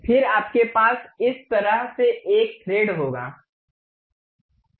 फिर आपके पास इस तरह से एक थ्रेड होगा